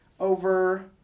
over